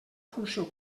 funció